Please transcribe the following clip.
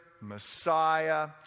Messiah